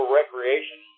recreation